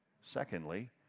Secondly